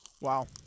Wow